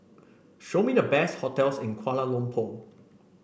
show me the best hotels in Kuala Lumpur